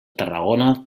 tarragona